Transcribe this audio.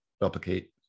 replicate